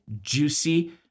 juicy